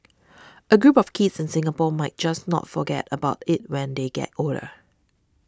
a group of kids in Singapore might just not forget about it when they get older